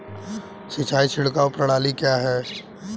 सिंचाई छिड़काव प्रणाली क्या है?